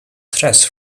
threats